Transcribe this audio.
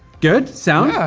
good sound? yeah